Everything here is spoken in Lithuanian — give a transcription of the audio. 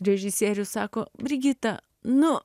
režisierius sako brigita nu